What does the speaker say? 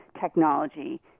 technology